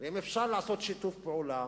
אם אפשר לעשות שיתוף פעולה